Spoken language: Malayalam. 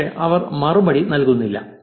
പക്ഷേ അവർ മറുപടി നൽകുന്നില്ല